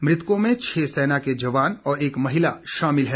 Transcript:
मृतकों में छह सेना के जवान और एक महिला शामिल है